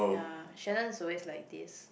ya Shannon's always like this